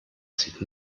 sich